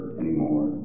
anymore